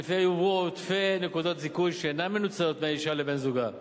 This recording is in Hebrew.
שלפיה יועברו עודפי נקודות זיכוי שאינן מנוצלות מהאשה לבן-זוגה.